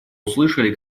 услышали